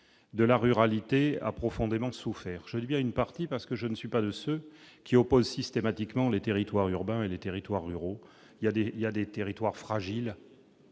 de la ruralité a profondément souffert chez lui une partie parce que je ne suis pas de ceux qui opposent systématiquement les territoires urbains et les territoires ruraux, il y a des il y a des territoires fragiles.